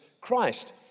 Christ